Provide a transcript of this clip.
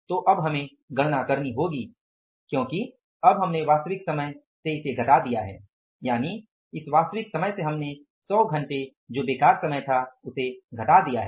तो अब हमें गणना करनी होगी क्योंकि अब हमने वास्तविक समय से इसे घटा दिया है यानि इस वास्तविक समय से हमने 100 घंटे के बेकार समय को घटा दिया है